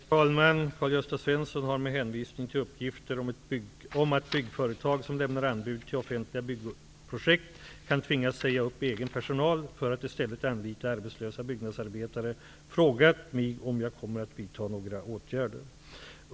Herr talman! Karl-Gösta Svenson har med hänvisning till uppgifter om att byggföretag som lämnar anbud till offentliga byggprojekt kan tvingas säga upp egen personal för att i stället anlita arbetslösa byggnadsarbetare, frågat mig om jag kommer att vidta några åtgärder.